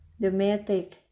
domestic